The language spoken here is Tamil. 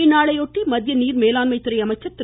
இந்நாளையொட்டி மத்திய நீர்மேலாண்மைத்துறை அமைச்சர் திரு